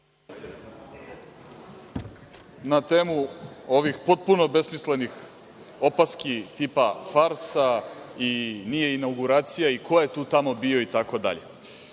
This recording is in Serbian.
Na temu ovih potpuno besmislenih opaski, tipa farsa i nije inauguracija, i ko je tu tamo bio itd.